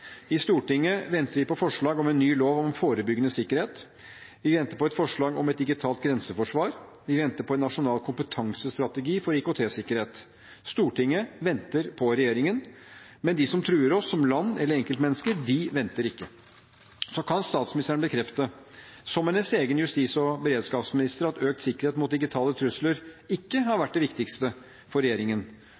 I Stortinget venter vi på forslag om en ny lov om forebyggende sikkerhet, vi venter på et forslag om et digitalt grenseforsvar, vi venter på en nasjonal kompetansestrategi for IKT-sikkerhet. Stortinget venter på regjeringen, men de som truer oss som land eller enkeltmennesker, venter ikke. Så kan statsministeren bekrefte, som hennes egen justis- og beredskapsminister, at økt sikkerhet mot digitale trusler ikke har vært det viktigste for regjeringen?